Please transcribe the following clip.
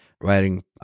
writing